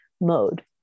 mode